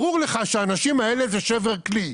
ברור לך שהאנשים האלה הם שבר כלי.